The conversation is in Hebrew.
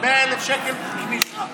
100,000 שקל פתיחה.